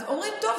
אומרים: טוב,